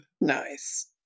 Nice